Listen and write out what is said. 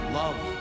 love